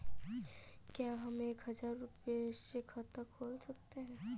क्या हम एक हजार रुपये से खाता खोल सकते हैं?